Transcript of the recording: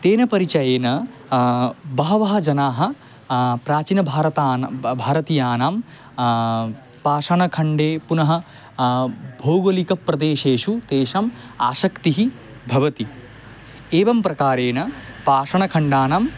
तेन परिचयेन बहवः जनाः प्राचीन भारतान् भारतीयानां पाषाणखण्डे पुनः भौगोलिकप्रदेशेषु तेषाम् आसक्तिः भवति एवं प्रकारेण पाषाणखण्डानाम्